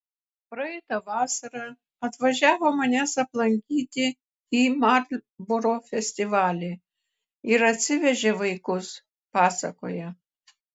praeitą vasarą atvažiavo manęs aplankyti į marlboro festivalį ir atsivežė vaikus pasakoja